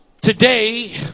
Today